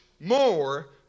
more